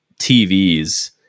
TVs